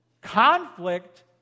Conflict